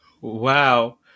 Wow